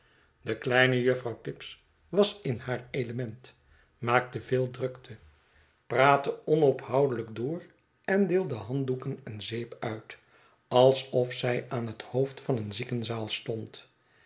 de kleine juffrouw tibbs was in haar element maakte veel drukte praatte onophoudelijk door en deelde handdoeken en zeep uit alsof zij aan het hoofd van een ziekenzaal stond